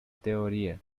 teoría